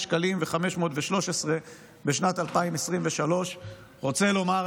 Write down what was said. ל-1,058,513 שקלים בשנת 2023. רוצה לומר,